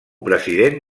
president